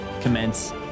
commence